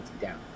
down